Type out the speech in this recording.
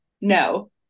no